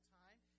time